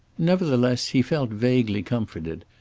nevertheless, he felt vaguely comforted,